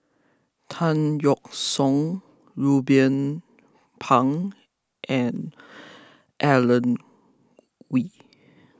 Tan Yeok Seong Ruben Pang and Alan Oei